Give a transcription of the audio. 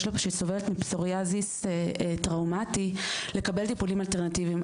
סובלת מפסוריאזיס טראומטי לקבל טיפולים אלטרנטיביים.